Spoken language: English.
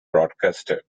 broadcaster